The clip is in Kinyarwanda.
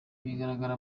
bigaragara